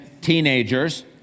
teenagers